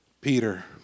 Peter